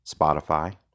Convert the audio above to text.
Spotify